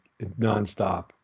nonstop